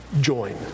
join